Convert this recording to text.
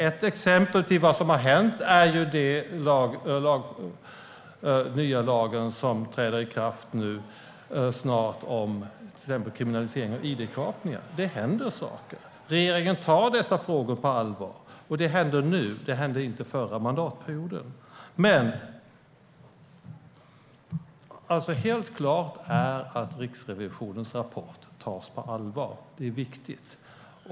Ett exempel på vad som har hänt är den nya lagen som snart träder i kraft om kriminalisering av till exempel id-kapningar. Det händer saker. Regeringen tar dessa frågor på allvar. Och det händer nu. Det hände inte förra mandatperioden. Helt klart är att Riksrevisionens rapport tas på allvar. Det är viktigt.